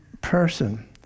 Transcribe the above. person